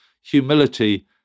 Humility